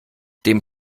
dem